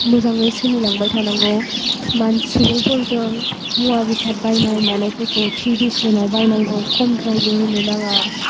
मोजाङै सोलिलांबाय थानांगौ सुबुंफोरजों मुवा बेसाद बायनाय मानायफोरखौ थि बेसेनाव बायनांगौ खमद्रायबो होनो नाङा